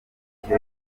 okapi